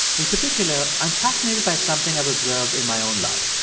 in particular, i'm fascinated by something i've observed in my own life.